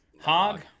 Hog